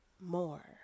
more